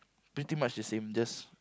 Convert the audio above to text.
pretty much the same just